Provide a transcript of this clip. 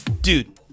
dude